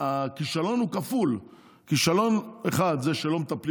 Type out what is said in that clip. הכישלון הוא כפול: כישלון אחד זה שלא מטפלים